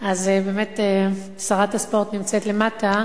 שרת הספורט נמצאת למטה,